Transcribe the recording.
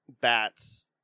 bats